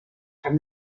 from